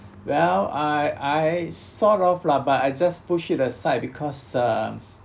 well I I sort of lah but I just pushed it aside because uh